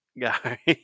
guy